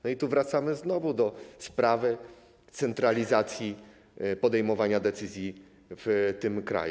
No i tu wracamy znowu do sprawy centralizacji podejmowania decyzji w tym kraju.